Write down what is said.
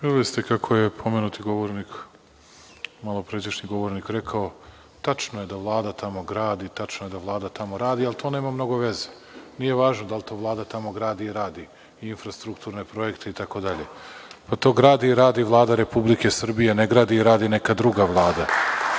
ste kako je pomenuti govornik, malopređašnji govornik rekao – tačno je da Vlada tamo gradi, tačno je da Vlada tamo radi, ali to nema mnogo veze. Nije važno da li to Vlada tamo gradi i radi infrastrukturne projekte itd. Pa, to gradi i radi Vlada Republike Srbije, ne gradi i ne radi neka druga vlada.